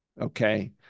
Okay